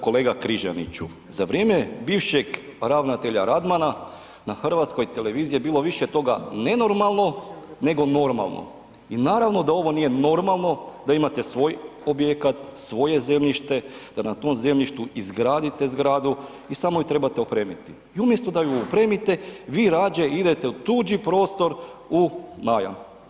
kolega Križaniću, za vrijeme bivšeg ravnatelja Radmana na HRT je bilo više toga nenormalno nego normalno i naravno da ovo nije normalno da imate svoj objekat, svoje zemljište, da na tom zemljištu izgradite zgradu i samo ju trebate opremate i umjesto da ju opremite vi rađe idete u tuđi prostor u najam.